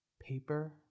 Paper